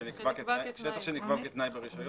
שטח שנקבע כתנאי ברישיון?